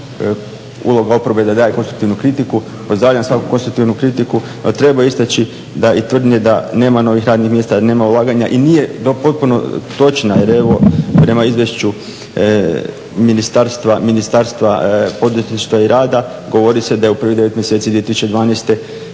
uloga oporbe je da daje konstruktivnu kritiku. Pozdravljam svaku konstruktivnu kritiku, no treba istaći i tvrdnje da nema novih radnih mjesta, nema ulaganja i nije potpuno točno jer evo prema Izvješću Ministarstva poduzetništva i rada govori se da je u prvih 9 mjeseci 2012.